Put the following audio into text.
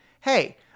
hey